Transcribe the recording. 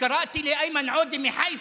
וקראתי לאיימן עודה מחיפה.